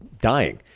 dying